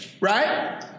right